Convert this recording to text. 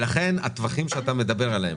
הטווחים שאתה מדבר עליהם,